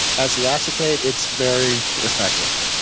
as the acetate, it's very effective.